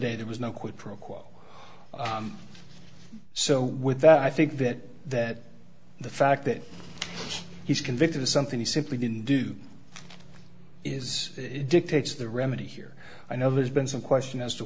day there was no quid pro quo so with that i think that that the fact that he's convicted of something he simply didn't do is it dictates the remedy here i know there's been some question as to